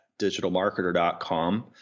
digitalmarketer.com